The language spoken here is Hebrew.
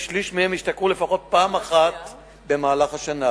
ושליש מהם השתכרו לפחות פעם אחת במהלך השנה,